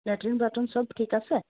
latrine bathroom চব ঠিক আছে